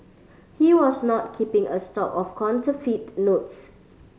he was not keeping a stock of counterfeit notes